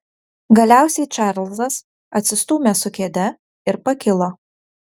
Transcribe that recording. galiausiai čarlzas atsistūmė su kėde ir pakilo